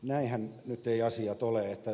näinhän nyt asiat eivät ole